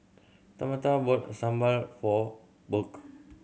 Tamatha bought sambal for Burk